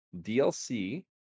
DLC